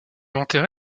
enterré